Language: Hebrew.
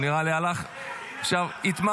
הוא נראה לי עכשיו התמרכז,